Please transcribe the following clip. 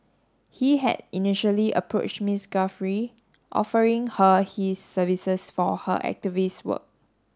he had initially approach Miss Guthrie offering her his services for her activist work